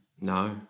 No